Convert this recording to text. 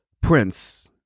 Prince